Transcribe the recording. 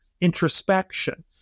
introspection